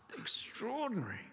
extraordinary